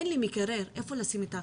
אין לי מקרר איפה לשים את החלב.